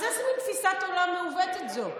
אז איזו מין תפיסת עולם מעוותת זו?